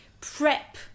prep